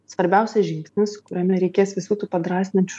svarbiausias žingsnis kuriame reikės visų tų padrąsinančių